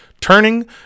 Turning